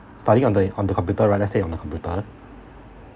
studying on the on the computer right let's say on the computer